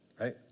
Right